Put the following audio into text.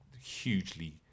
hugely